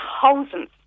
thousands